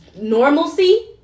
Normalcy